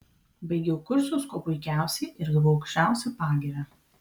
baigiau kursus kuo puikiausiai ir gavau aukščiausią pagyrą